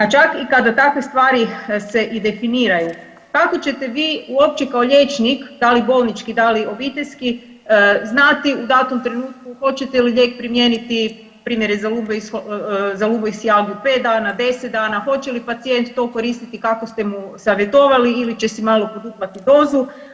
A čak i kada takve stvari se i definiraju, kako ćete vi uopće kao liječnik da li bolnički, da li obiteljski znati u datom trenutku hoćete li lijek primjeriti, primjer za … [[Govornica se ne razumije.]] pet dana, deset dana, hoće li pacijent to koristiti kako ste mu savjetovali ili će si malo poduplati dozu.